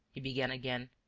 he began again,